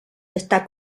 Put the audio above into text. está